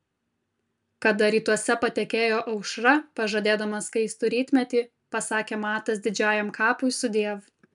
kada rytuose patekėjo aušra pažadėdama skaistų rytmetį pasakė matas didžiajam kapui sudiev